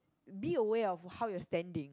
beware of how your standing